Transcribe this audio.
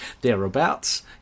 thereabouts